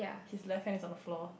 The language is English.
he's left hand is on the floor